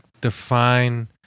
define